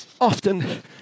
often